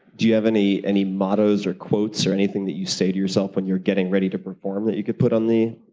do you have any any mottos or quotes or anything that you say to yourself when you're getting ready to perform that you could put on the